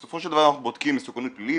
בסופו של דבר אנחנו בודקים מסוכנות פלילית